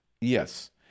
Yes